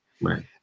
right